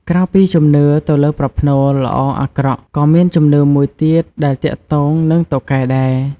ក្រៅពីជំនឿទៅលើប្រផ្នូលល្អអាក្រក់ ក៏មានជំនឿមួយទៀតដែលទាក់ទងនឹងតុកែដែរ។